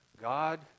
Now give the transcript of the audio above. God